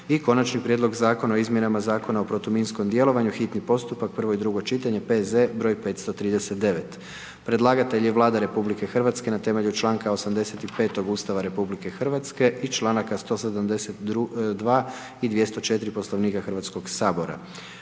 i Konačni prijedlog Zakona o izmjenama Zakona o protuminskom djelovanju, hitni postupak, prvo i drugo čitanje, PZ broj 539, Predlagatelj je Vlada Republike Hrvatske na temelju članka 85. Ustava Republike Hrvatske i članaka 172. i 204. Poslovnika Hrvatskog sabora.